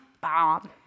bomb